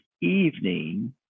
evening